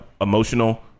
Emotional